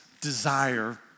desire